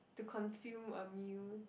to consume a meal